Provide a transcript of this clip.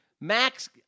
Max